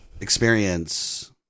experience